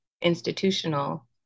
institutional